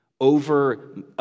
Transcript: over